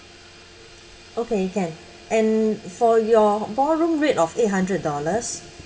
okay can and for your ballroom rate of eight hundred dollars